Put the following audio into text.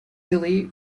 hilly